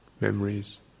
memories